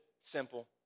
simple